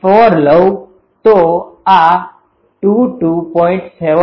4 લઉં તો આ 22